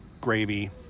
gravy